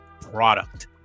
product